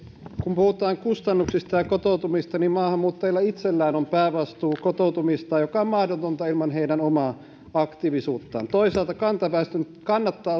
kun puhutaan kustannuksista ja kotoutumisesta maahanmuuttajilla itsellään on päävastuu kotoutumisesta joka on mahdotonta ilman heidän omaa aktiivisuuttaan toisaalta kantaväestön kannattaa